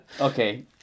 Okay